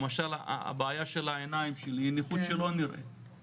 למשל בעיית העיניים שלי היא נכות שלא נראית,